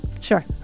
Sure